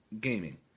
gaming